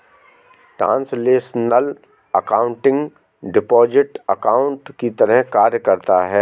translational accounting deposit account की तरह कार्य करता है